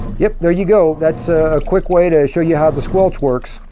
yep there you go. that's a ah quick way to show you how the squelch works.